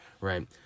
right